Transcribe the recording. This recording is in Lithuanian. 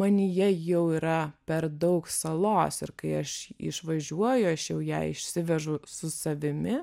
manyje jau yra per daug salos ir kai aš išvažiuoju aš jau ją išsivežu su savimi